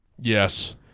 Yes